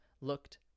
looked